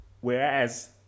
whereas